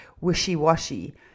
wishy-washy